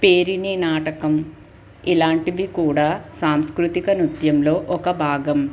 పేరిణి నాటకం ఇలాంటివి కూడా సాంస్కృతిక నృత్యంలో ఒక భాగం